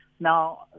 Now